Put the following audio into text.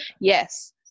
Yes